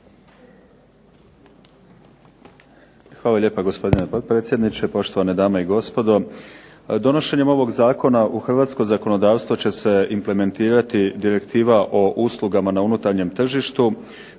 Hvala lijepa gospodine potpredsjedniče, poštovane dame i gospodo. Donošenjem ovog zakona u hrvatsko zakonodavstvo će se implementirati direktiva o uslugama na unutarnjem tržištu,